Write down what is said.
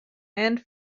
and